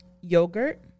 yogurt